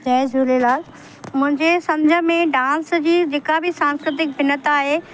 जय झूलेलाल मुंहिंजे सम्झ में डांस जी जेका बि सांस्कृतिक भिन्नता आहे